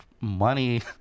Money